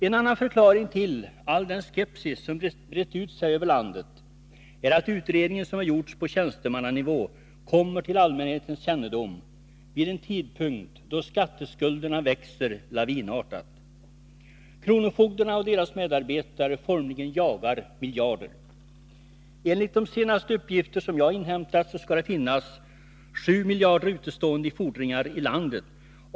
En annan förklaring till den skepsis som brett ut sig över landet är att utredningen, som har gjorts på tjänstemannanivå, kommer till allmänhetens kännedom vid en tidpunkt då skatteskulderna växer lavinartat. Kronofogdarna och deras medarbetare formligen jagar miljarder. Enligt de senaste siffror som jag inhämtat finns 7 miljarder utestående i fordringar i landet.